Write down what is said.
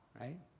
right